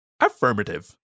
Affirmative